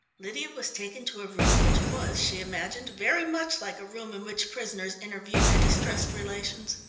lydia was taken to a room which was, she imagined, very much like a room in which prisoners interviewed their distressed relations.